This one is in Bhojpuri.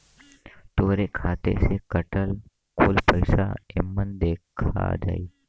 तोहरे खाते से कटल कुल पइसा एमन देखा जाई